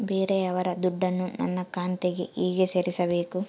ಬೇರೆಯವರ ದುಡ್ಡನ್ನು ನನ್ನ ಖಾತೆಗೆ ಹೇಗೆ ಸೇರಿಸಬೇಕು?